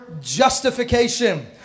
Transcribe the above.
justification